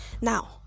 now